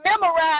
memorize